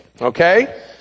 Okay